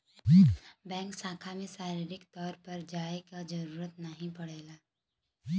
bank शाखा में शारीरिक तौर पर जाये क जरुरत ना पड़ेला